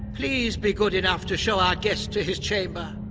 please be good enough to show our guest to his chamber.